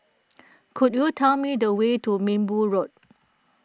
could you tell me the way to Minbu Road